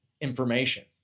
information